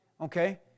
okay